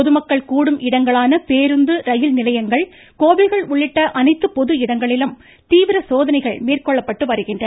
பொதுமக்கள் கூடும் இடங்களான பேருந்து ரயில்நிலையங்கள் கோவில்கள் உள்ளிட்ட அனைத்து பொது இடங்களிலும் தீவிர சோதனைகள் மேற்கொள்ளப்பட்டு வருகின்றன